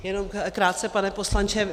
Jenom krátce, pane poslanče.